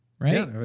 Right